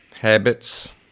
habits